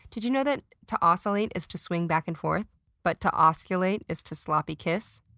did you know that to oscillate is to swing back and forth but to osculate is to sloppy kiss?